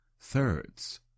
thirds